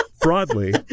Broadly